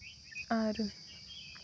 ᱟᱨ